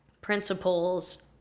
principles